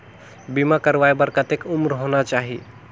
बीमा करवाय बार कतेक उम्र होना चाही?